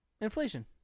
inflation